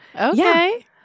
Okay